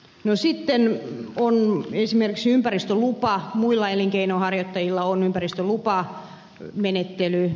no sitten on esimerkiksi muilla elinkeinonharjoittajilla ympäristölupamenettely